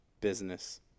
business